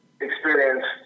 experience